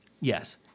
Yes